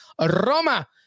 Roma